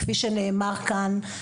כפי שנאמר כאן,